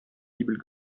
fibel